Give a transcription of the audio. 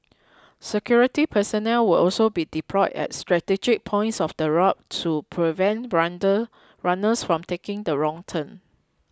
security personnel will also be deployed at strategic points of the route to prevent brander runners from taking the wrong turn